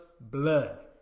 blood